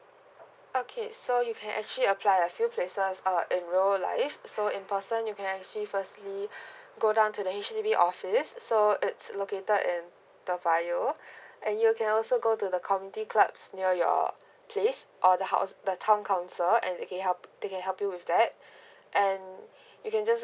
okay so you can actually apply a few places um in real life so in person you can actually firstly go down to the H_D_B office so it's located in toa payoh and you can also go to the community clubs near your place or the house the town council and they can help they can help you with that and you can just